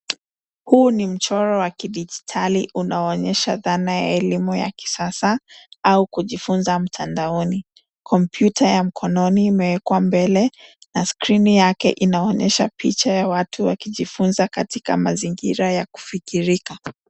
Huu ni mchoro wakidigitali unaoonyesha dhana ya elimu ya kisasa au kujifunza mtandaoni. Kompyuta ya mkononi imewekwa mbele, na skrini yake inaonyesha picha ya watu wakijifunza katika mazingira ya kufikirika.